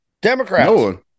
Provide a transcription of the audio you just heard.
Democrats